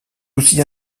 aussi